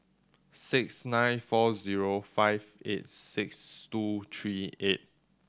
six nine four zero five eight six two three eight